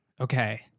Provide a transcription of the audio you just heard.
Okay